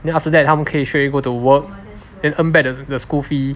then after that 他们可以 straight away go to work and earn back the school fees